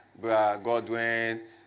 Godwin